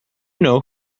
know